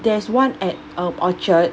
there's one at um orchard